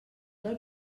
del